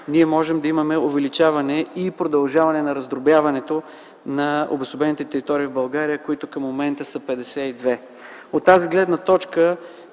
ние можем да имаме увеличаване и продължаване на раздробяването на обособените територии в България, които в момента са 52. От тази гледна точка